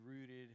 rooted